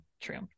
true